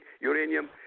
uranium